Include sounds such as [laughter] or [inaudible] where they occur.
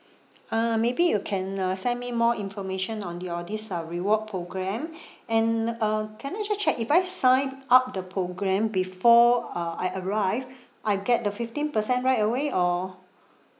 uh maybe you can uh send me more information on your this uh reward programme [breath] and uh can I also check if I sign up the programme before uh I arrive [breath] I get the fifteen percent right away or